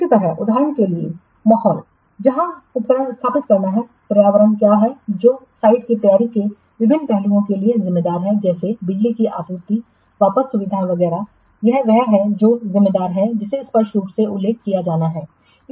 इसी तरह उदाहरण के लिए माहौल जहां उपकरण स्थापित करना है पर्यावरण क्या है जो साइट की तैयारी के विभिन्न पहलुओं के लिए जिम्मेदार है जैसे बिजली की आपूर्ति वापस सुविधा वगैरह यह वह है जो जिम्मेदार है जिसे स्पष्ट रूप से उल्लेख किया जाना है